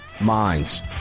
minds